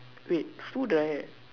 wait food right